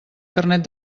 carnet